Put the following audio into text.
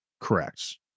Correct